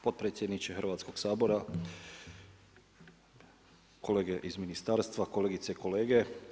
Potpredsjedniče Hrvatskog sabora, kolege iz ministarstva, kolegice i kolege.